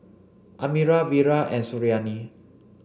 Amirah Wira and Suriani